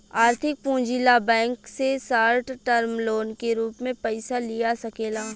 आर्थिक पूंजी ला बैंक से शॉर्ट टर्म लोन के रूप में पयिसा लिया सकेला